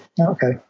Okay